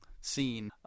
scene